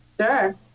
Sure